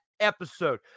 episode